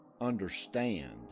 understand